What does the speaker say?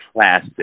plastic